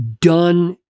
Done